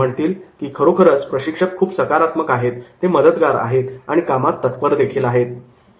ते म्हणतील की 'खरोखरच प्रशिक्षक खूप सकारात्मक आहे ते मदतगार आहेत आणि कामात तत्परदेखील आहेत'